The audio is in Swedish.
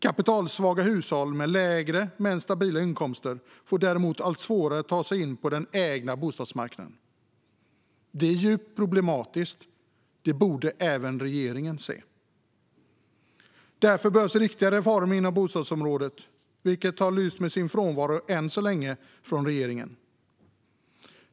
Kapitalsvaga hushåll med lägre men stabila inkomster får däremot allt svårare att ta sig in på den ägda bostadsmarknaden. Det är djupt problematiskt, och det borde även regeringen se. Därför behövs riktiga reformer inom bostadsområdet, vilka än så länge har lyst med sin frånvaro från regeringen.